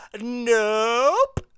Nope